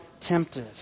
tempted